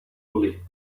early